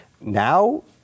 Now